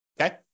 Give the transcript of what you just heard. Okay